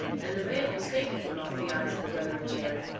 and the veil was taken from off the eyes of the brother of jared,